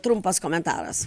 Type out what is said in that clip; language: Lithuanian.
trumpas komentaras